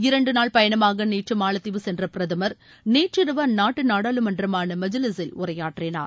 இரண்டு நாள் பயணமாக நேற்று மாலத்தீவு சென்ற பிரதமர் நேற்றிரவு அந்நாட்டு நாடாளுமன்றமான மஜிலீஸில் உரையாற்றினார்